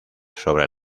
sobre